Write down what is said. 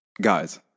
guys